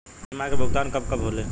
बीमा के भुगतान कब कब होले?